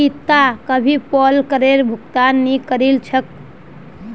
निकिता कभी पोल करेर भुगतान नइ करील छेक